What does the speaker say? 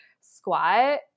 squat